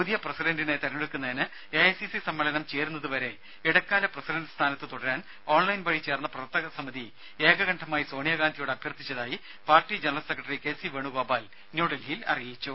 പുതിയ പ്രസിഡണ്ടിനെ തെരഞ്ഞെടുക്കുന്നതിന് എ ഐ സി സി സമ്മേളനം ചേരുന്നതുവരെ ഇടക്കാല പ്രസിഡണ്ട് സ്ഥാനത്തു തുടരാൻ ഓൺലൈൻ വഴി ചേർന്ന പ്രവർത്തകസമിതി ഏകകണ്ഠമായി സോണിയാഗാന്ധിയോട് അഭ്യർത്ഥിച്ചതായി party general secretary K C Venugopal ന്യൂഡൽഹിയിൽ അറിയിച്ചു